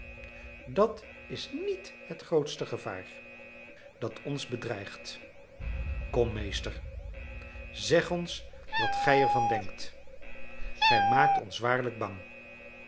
dat is niet het grootste gevaar dat ons bedreigt kom meester zeg ons wat gij ervan denkt gij maakt ons waarlijk bang